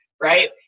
right